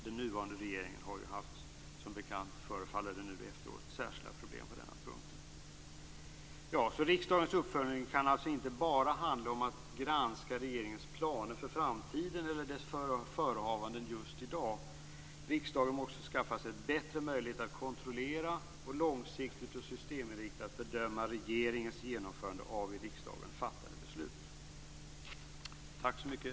Den nuvarande regeringen har ju som bekant haft särskilda problem på denna punkt förefaller det som nu efteråt. Riksdagens uppföljning kan alltså inte bara handla om att granska regeringens planer för framtiden eller dess förehavanden just i dag. Riksdagen måste skaffa sig bättre möjligheter att kontrollera och långsiktigt och systeminriktat bedöma regeringens genomförande av i riksdagen fattade beslut.